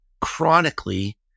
chronically